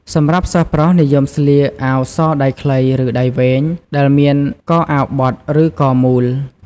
សម្រាប់សិស្សប្រុស និយមស្លៀក អាវសដៃខ្លី ឬ ដៃវែង ដែលមានកអាវបត់ ឬកមូល។